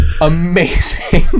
Amazing